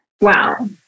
Wow